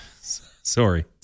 Sorry